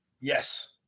yes